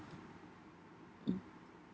mm